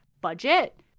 budget